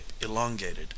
elongated